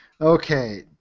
Okay